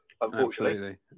Unfortunately